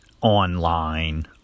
online